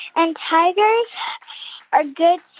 and tigers are good